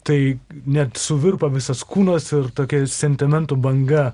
tai net suvirpa visas kūnas ir tokia sentimentų banga